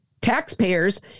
taxpayers